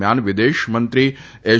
દરમિયાન વિદેશ મંત્રીય એસ